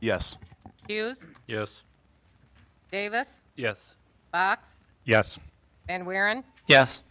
yes yes yes yes yes and we're in yes